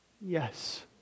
Yes